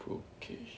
bro~